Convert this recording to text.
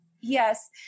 yes